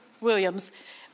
Williams